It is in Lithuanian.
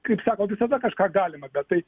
kaip sako visada kažką galima bet tai